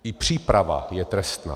I příprava je trestná.